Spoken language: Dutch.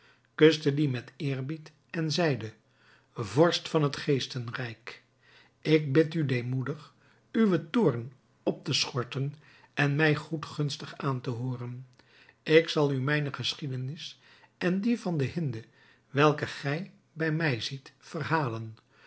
kuste die met eerbied en zeide vorst van het geestenrijk ik bid u demoedig uwen toorn op te schorten en mij goedgunstig aan te hooren ik zal u mijne geschiedenis en die van de hinde welke gij bij mij ziet verhalen